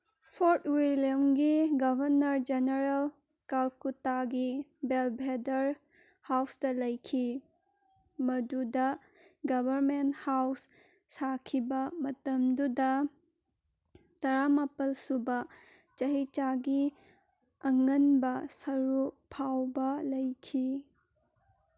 fort ꯋꯦꯂꯤꯌꯝꯒꯤ governor general ꯀꯜꯀꯨꯇꯥꯒꯤ Belvedere ꯍꯥꯎꯁꯇ ꯂꯩꯈꯤ ꯃꯗꯨꯗ ꯒꯕꯔꯃꯦꯟ ꯍꯥꯎꯁ ꯁꯥꯈꯤꯕ ꯃꯇꯝꯗꯨꯗ ꯇꯔꯥ ꯃꯥꯄꯜ ꯁꯨꯕ ꯆꯍꯤ ꯆꯥꯒꯤ ꯑꯉꯟꯕ ꯁꯔꯨꯛ ꯐꯥꯎꯕ ꯂꯩꯈꯤ